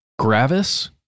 Gravis